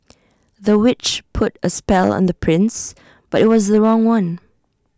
the witch put A spell on the prince but IT was the wrong one